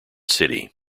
city